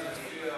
קארין אלהרר,